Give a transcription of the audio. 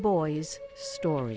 boy's story